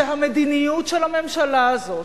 שהמדיניות של הממשלה הזאת,